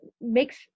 makes